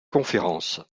conférence